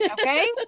Okay